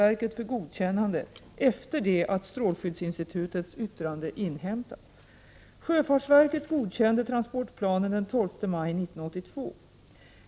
godkännande efter det att strålskyddsinstitutets yttrande inhämtats. Sjöfartsverket godkände transportplanen den 12 maj 1982.